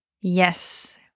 Yes